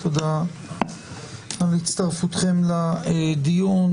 תודה על הצטרפותכם לדיון.